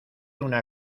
una